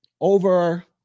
over